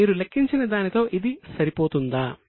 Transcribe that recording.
మీరు లెక్కించిన దానితో ఇది సరిపోతుందా